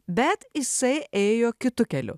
bet jisai ėjo kitu keliu